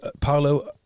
Paolo